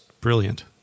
brilliant